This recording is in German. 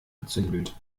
gezündelt